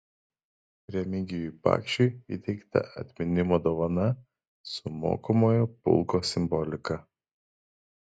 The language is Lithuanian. remigijui bakšiui įteikta atminimo dovana su mokomojo pulko simbolika